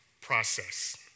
process